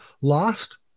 lost